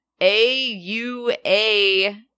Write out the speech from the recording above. AUA